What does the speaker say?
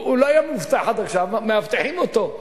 הוא לא היה מאובטח עד עכשיו, ומאבטחים אותו.